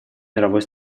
мировой